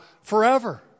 forever